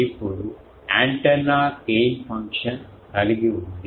ఇప్పుడు antenna gain function కలిగి ఉంది